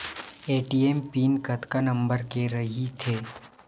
ATM PIN कतका number के रही थे?